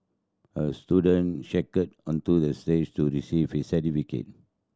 a student skated onto the stage to receive his certificate